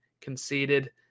conceded